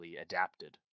adapted